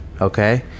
okay